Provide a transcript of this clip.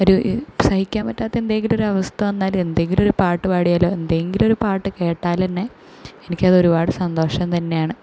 ഒരു സഹിക്കാൻ പറ്റാത്ത എന്തെങ്കിലും ഒരു അവസ്ഥ വന്നാൽ എന്തെങ്കിലും ഒരു പാട്ട് പാടിയാലോ എന്തെങ്കിലും ഒരു പാട്ട് കേട്ടാൽ തന്നെ എനിക്ക് അത് ഒരുപാട് സന്തോഷം തന്നെയാണ്